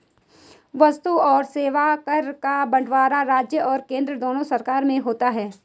वस्तु और सेवा कर का बंटवारा राज्य और केंद्र दोनों सरकार में होता है